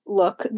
look